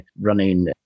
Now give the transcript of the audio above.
running